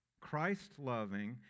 Christ-loving